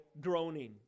groaning